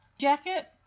jacket